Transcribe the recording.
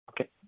Okay